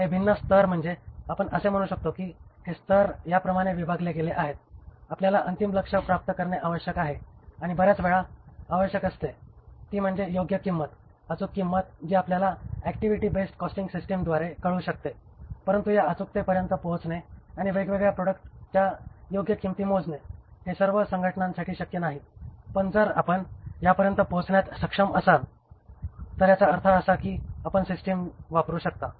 हे भिन्न स्तर म्हणजे आपण असे म्हणू शकतो की हे स्तर या प्रमाणे विभागले गेले आहेत आपल्याला अंतिम लक्ष्य प्राप्त करणे आवश्यक आहे आणि बऱ्याच वेळा आवश्यक असते ती म्हणजे योग्य किंमत अचूक किंमत जी आपल्याला ऍक्टिव्हिटी बेस्ड कॉस्टिंग सिस्टिमद्वारे कळू शकते परंतु या अचूकतेपर्यंत पोहोचणे आणि वेगवेगळ्या प्रॉडक्ट्सच्या योग्य किंमती मोजणे हे सर्व संघटनांसाठी शक्य नाही पण जर आपण यापर्यंत पोहोचण्यास सक्षम असाल तर याचा अर्थ असा की आपण सिस्टिम वापरू शकता